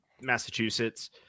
Massachusetts